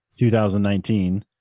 2019